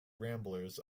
ramblers